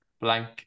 blank